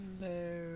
Hello